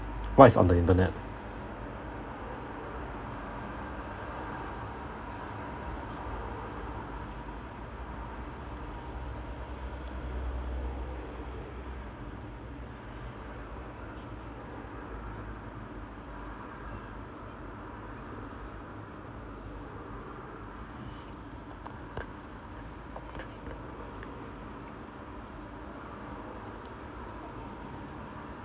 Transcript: what is on the internet